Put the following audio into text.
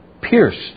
pierced